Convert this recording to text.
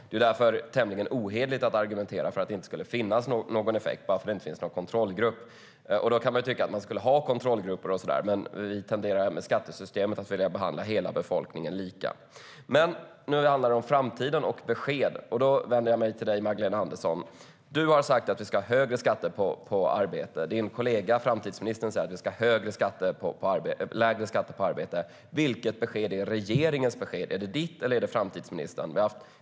Det är därför tämligen ohederligt att argumentera för att det inte skulle finnas någon effekt bara för att det inte finns någon kontrollgrupp. Då kan man tycka att man skulle ha kontrollgrupper, men vi tenderar även i skattesystemet att vilja behandla hela befolkningen lika. Men nu handlar det om framtiden och besked. Då vänder jag mig till dig, Magdalena Andersson. Du har sagt att vi ska ha högre skatter på arbete. Din kollega framtidsministern säger att vi ska ha lägre skatter på arbete. Vilket besked är regeringens besked - är det ditt eller framtidsministerns?